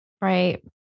Right